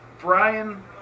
Brian